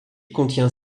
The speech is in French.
contient